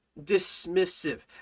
dismissive